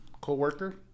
co-worker